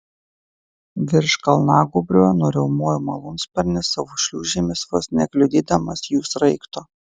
virš kalnagūbrio nuriaumojo malūnsparnis savo šliūžėmis vos nekliudydamas jų sraigto